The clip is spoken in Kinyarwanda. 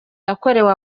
yakorewe